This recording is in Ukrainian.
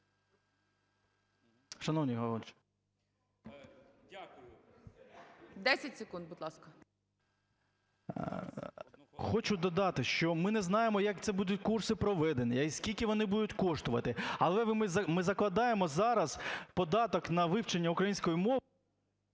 В.В. Хочу додати, що ми не знаємо, як ці будуть курси проведені, скільки вони будуть коштувати, але ми закладаємо зараз податок на вивчення української мови…